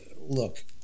look